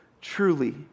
Truly